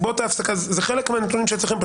זה חלק מהנתונים שאצלכם.